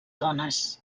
dones